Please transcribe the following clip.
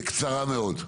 בקצרה מאוד.